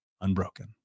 unbroken